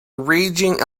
raging